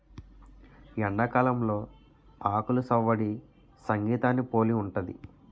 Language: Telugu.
ఎండాకాలంలో ఆకులు సవ్వడి సంగీతాన్ని పోలి ఉంటది